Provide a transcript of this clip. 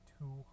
two